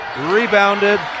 rebounded